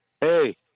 Hey